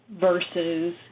versus